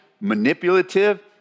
manipulative